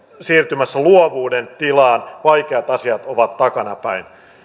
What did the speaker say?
siirtymässä luovuuden tilaan vaikeat asiat ovat takanapäin